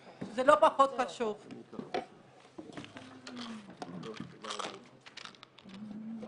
13:10.